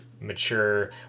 mature